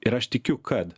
ir aš tikiu kad